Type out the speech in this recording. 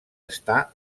està